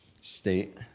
state